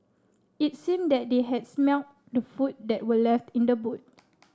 it seemed that they had smelt the food that were left in the boot